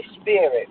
Spirit